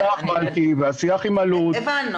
והשיח הזה איתך,